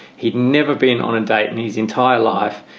he'd never been on a date in his entire life.